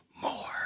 more